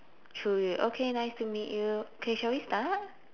chu yu okay nice to meet you okay shall we start